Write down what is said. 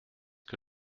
que